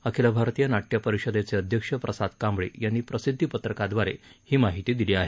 अखिल भारतीय नाट्य परिषदेचे अध्यक्ष प्रसाद कांबळी यांनी प्रसिद्धी पत्रकादवारे दिली आहे